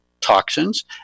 toxins